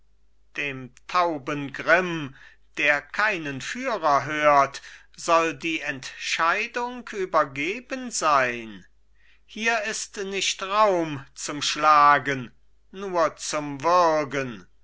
dem tauben grimm der keinen führer hört soll die entscheidung übergeben sein hier ist nicht raum zum schlagen nur zum würgen